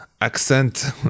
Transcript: accent